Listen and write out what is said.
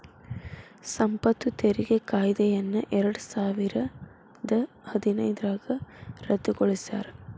ಸಂಪತ್ತು ತೆರಿಗೆ ಕಾಯ್ದೆಯನ್ನ ಎರಡಸಾವಿರದ ಹದಿನೈದ್ರಾಗ ರದ್ದುಗೊಳಿಸ್ಯಾರ